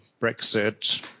Brexit